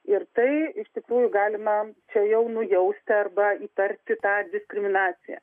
ir tai iš tikrųjų galima čia jau nujausti arba įtarti tą diskriminaciją